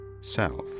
self